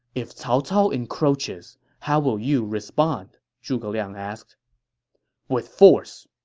if cao cao encroaches, how will you respond? zhuge liang asked with force.